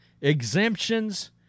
exemptions